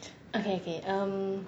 okay okay um